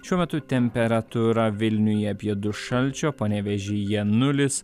šiuo metu temperatūra vilniuje apie du šalčio panevėžyje nulis